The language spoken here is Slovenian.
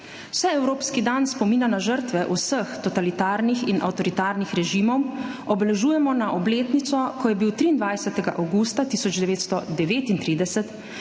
Vseevropski dan spomina na žrtve vseh totalitarnih in avtoritarnih režimov obeležujemo na obletnico, ko je bil 23. avgusta 1939